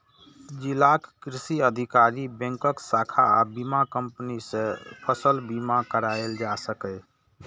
जिलाक कृषि अधिकारी, बैंकक शाखा आ बीमा कंपनी सं फसल बीमा कराएल जा सकैए